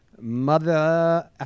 Mother